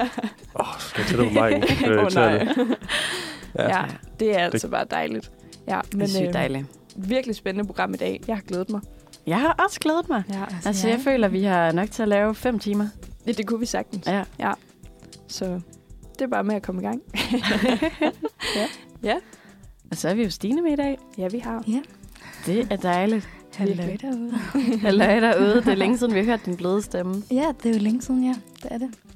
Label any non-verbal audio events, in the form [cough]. [laughs] Åh, skal jeg tættere på marken? Øh, Åh, tæerne. nej. Ja. [laughs] Ja, det er Det- altså bare dejligt. Ja, Det er men, sygt øh, dejligt. virkelig spændende program i dag. Jeg har glædet mig. Jeg har også glædet mig. Ja. Altså, Ja. jeg føler, vi har nok til at lave fem timer. Ja, det kunne vi sagtens. Ja. Ja. Så det er bare med at komme i gang. [laughs] Ja. Ja. Ja. Og så er vi jo Stine med i dag. Ja, vi har. Ja. Det er dejligt. Virkelig. Halløj derude. [laughs] Halløj derude. Det er længe siden, vi har hørt din bløde stemme. Ja, det er jo længe siden, ja. Det er det.